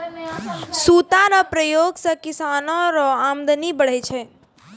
सूता रो प्रयोग से किसानो रो अमदनी बढ़ै छै